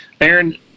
Aaron